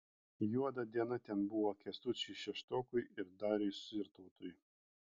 juoda diena ten buvo kęstučiui šeštokui ir dariui sirtautui